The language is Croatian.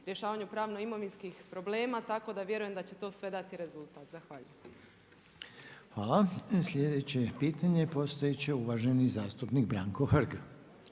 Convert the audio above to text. rješavanju pravno imovinskih problema, tako da vjerujem da će to sve dati rezultat. Zahvaljujem. **Reiner, Željko (HDZ)** Hvala. Sljedeće pitanje postavit će uvaženi zastupnik Branko Hrg.